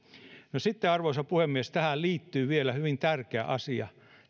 arvoisa puhemies sitten tähän liittyy vielä hyvin tärkeä asia